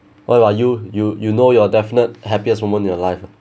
what about you you you know your definite happiest moment in your life ah